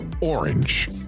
orange